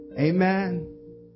Amen